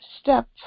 step